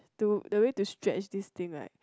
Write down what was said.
to the way to stretch this thing right